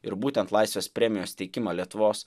ir būtent laisvės premijos teikimą lietuvos